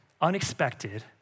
unexpected